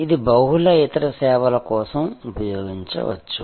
ఇది బహుళ ఇతర సేవల కోసం ఉపయోగించవచ్చు